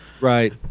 Right